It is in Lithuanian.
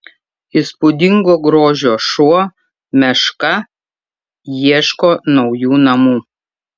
įspūdingo grožio šuo meška ieško naujų namų